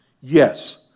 Yes